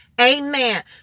Amen